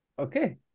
Okay